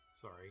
Sorry